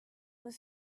was